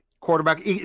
quarterback